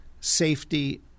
Safety